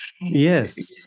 Yes